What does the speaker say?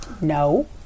No